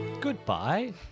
goodbye